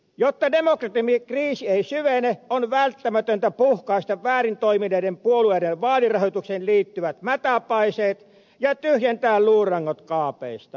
jotta demokratian kriisi ei syvene on välttämätöntä puhkaista väärin toimineiden puolueiden vaalirahoitukseen liittyvät mätäpaiseet ja tyhjentää luurangot kaapeista